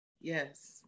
Yes